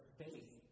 faith